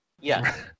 Yes